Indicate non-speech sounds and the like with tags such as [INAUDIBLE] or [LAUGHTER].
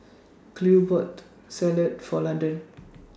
Cleo bought Salad For Landon [NOISE]